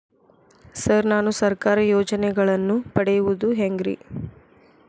Sir ನಾನು ಸರ್ಕಾರ ಯೋಜೆನೆಗಳನ್ನು ಪಡೆಯುವುದು ಹೆಂಗ್ರಿ?